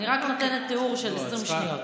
אני רק נותנת תיאור של 20 שניות.